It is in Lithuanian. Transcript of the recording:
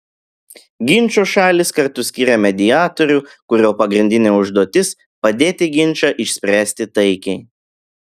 ginčo šalys kartu skiria mediatorių kurio pagrindinė užduotis padėti ginčą išspręsti taikiai